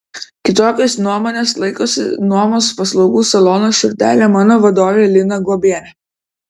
kitokios nuomonės laikosi nuomos paslaugų salono širdele mano vadovė lina guobienė